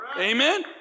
Amen